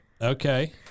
Okay